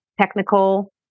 technical